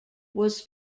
was